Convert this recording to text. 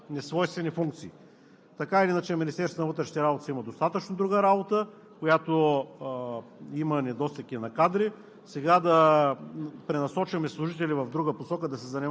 прието и съответно да не се натоварва излишно системата с несвойствени функции. Така или иначе Министерството на вътрешните работи си има достатъчно друга работа, има